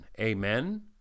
Amen